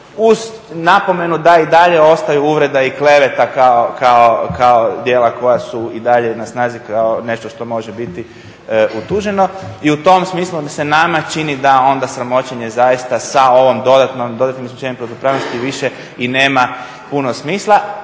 uz napomenu da i dalje ostaju uvreda i kleveta kao djela koja su i dalje na snazi kao nešto što može biti utuženo. I u tom smislu se nama čini da sramoćenje zaista sa ovim dodatnim isključenjem protupravnosti više i nema puno smisla.